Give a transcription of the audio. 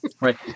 Right